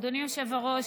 אדוני היושב-ראש,